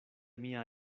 mia